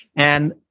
and